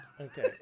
Okay